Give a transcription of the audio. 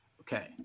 Okay